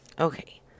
Okay